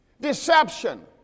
Deception